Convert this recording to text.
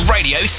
Radio